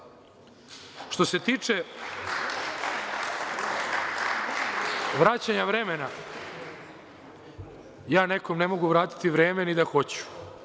Što se tiče vraćanja vremena, ja nekome ne mogu vratiti vreme ni da hoću.